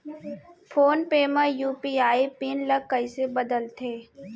Phone पे म UPI pin ल कइसे बदलथे?